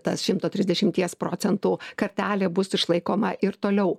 tas šimto trisdešimties procentų kartelė bus išlaikoma ir toliau